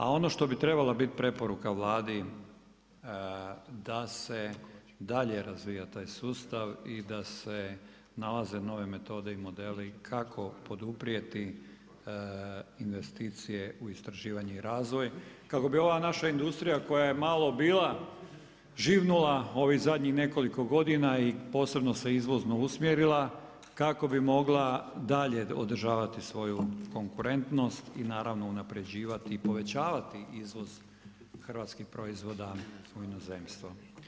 A ono što bi trebala biti preporuka Vladi, da se dalje razvija taj sustav i da se nalaze nove metode i modeli, kako poduprijeti investicije u istraživanju i razvoj, kako bi ova naša industrija koja je malo bila živnula, ovih zadnjih nekoliko godina i posebno se izvozno usmjerila, kako bi mogla dalje održavati svoju konkurentnost i naravno, unaprjeđivati i povećavati izvoz hrvatskih proizvoda u inozemstvo.